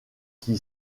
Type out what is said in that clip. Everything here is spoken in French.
qui